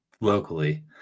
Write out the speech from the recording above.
locally